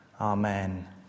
Amen